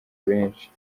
benshi